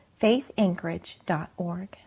faithanchorage.org